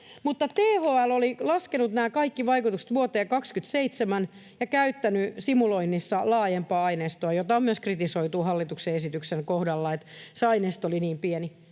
mutta THL oli laskenut nämä kaikki vaikutukset vuoteen 27 ja käyttänyt simuloinnissa laajempaa aineistoa — on kritisoitu myös hallituksen esityksen kohdalla, että se aineisto oli niin pieni.